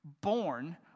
born